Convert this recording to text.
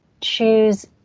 choose